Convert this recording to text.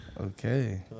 Okay